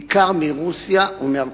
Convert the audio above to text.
בעיקר מרוסיה ומארצות-הברית,